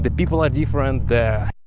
but people are different the